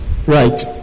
Right